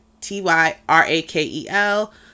T-Y-R-A-K-E-L